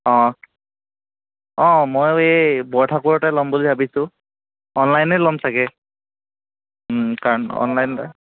মইও এই বৰঠাকুৰৰ তাত ল'ম বুলি ভাবিছোঁ অনলাইনেই ল'ম ছাগৈ কাৰণ অনলাইনতে